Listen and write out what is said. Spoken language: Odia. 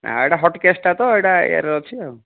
ନାହିଁ ଏଇଟା ହଟ୍କେସ୍ଟା ତ ଏଇଟା ଇଏରେ ଅଛି ଆଉ